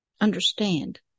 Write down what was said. understand